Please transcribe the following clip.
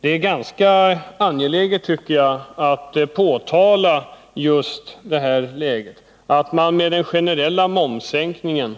Det är ganska angeläget, tycker jag, att just i det här läget påtala att man med den generella momssänkningen